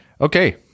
Okay